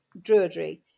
druidry